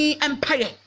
Empire